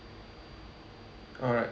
alright